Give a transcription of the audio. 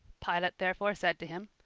pilate therefore said to him,